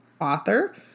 author